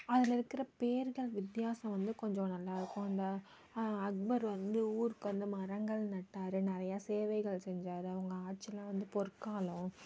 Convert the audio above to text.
அதில் இருக்கிற பேர்கள் வித்தியாசம் வந்து கொஞ்சம் நல்லா இருக்கும் இந்த அக்பர் வந்து ஊருக்கு வந்து மரங்கள் நட்டார் நிறையா சேவைகளை செஞ்சார் அவங்க ஆட்சிலாம் வந்து பொற்காலம்